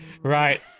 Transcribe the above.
Right